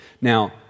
Now